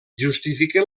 justifiquen